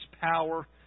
power